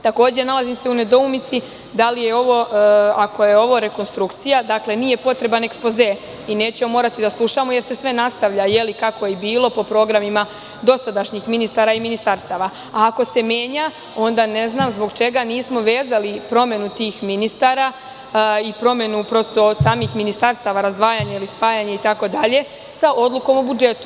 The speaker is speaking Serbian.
Takođe, nalazim se u nedoumici, ako je ovo rekonstrukcija, dakle, nije potreban ekspoze i nećemo morati da slušamo jer se sve nastavlja kako je i bilo po programima dosadašnjih ministara i ministarstava, a ako se menja, onda ne znam zbog čega nismo vezali promenu tih ministara i promenu samih ministarstava, razdvajanje ili spajanje, itd. sa odlukom o budžetu?